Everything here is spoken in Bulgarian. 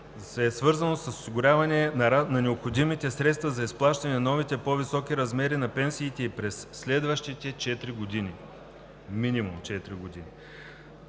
е свързано с осигуряване на необходимите средства за изплащане на новите, по-високи размери на пенсиите и през следващите четири години – минимум четири години.